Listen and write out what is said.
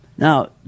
Now